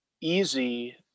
easy